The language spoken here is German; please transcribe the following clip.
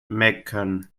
meckern